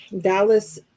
Dallas